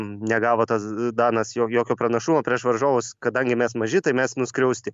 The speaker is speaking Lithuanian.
negavo tas danas jo jokio pranašumo prieš varžovus kadangi mes maži tai mes nuskriausti